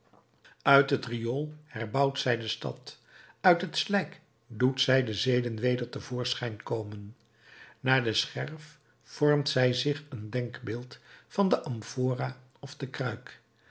uit het riool herbouwt zij de stad uit het slijk doet zij de zeden weder te voorschijn komen naar den scherf vormt zij zich een denkbeeld van de amphora of de kruik